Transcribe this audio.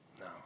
no